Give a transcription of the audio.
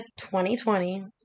2020